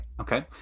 okay